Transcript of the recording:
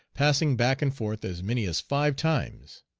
passing back and forth as many as five times.